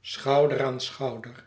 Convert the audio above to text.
schouder aan schouder